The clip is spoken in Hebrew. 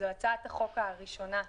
זו הצעת החוק הראשונה שלי.